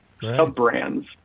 sub-brands